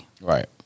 Right